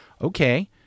Okay